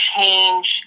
change